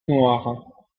noir